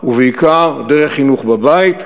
ובעיקר דרך חינוך בבית,